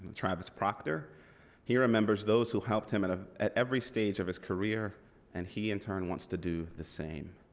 travis proctor he remembers those who helped him at ah at every stage of his career and he in turn wants to do the same.